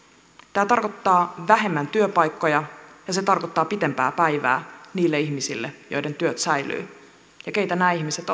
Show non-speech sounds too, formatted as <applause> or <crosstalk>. tämä tarkoittaa vähemmän työpaikkoja ja se tarkoittaa pitempää päivää niille ihmisille joiden työt säilyvät ja keitä nämä ihmiset <unintelligible>